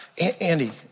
Andy